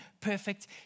perfect